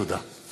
תודה.